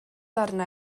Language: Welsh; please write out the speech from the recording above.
arna